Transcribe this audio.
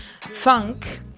funk